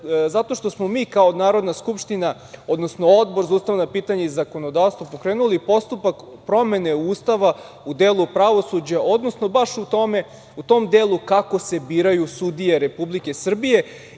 zato što smo mi kao Narodna skupština, odnosno Odbor za ustavna pitanja i zakonodavstvo pokrenuli postupak promene Ustava u delu pravosuđa, odnosno baš u tom delu kako se biraju sudije Republike Srbije